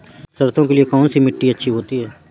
सरसो के लिए कौन सी मिट्टी अच्छी होती है?